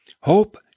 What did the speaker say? Hope